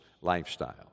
lifestyle